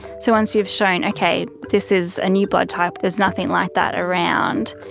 so once you've shown, okay, this is a new blood type, there's nothing like that around.